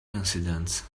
incidents